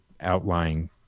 outlying